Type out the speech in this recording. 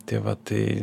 tai va tai